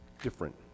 different